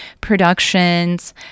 productions